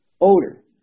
odor